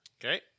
Okay